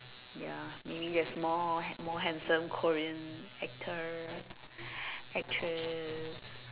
ya maybe there's more more handsome Korean actor actress